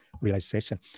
realization